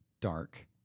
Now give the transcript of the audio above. dark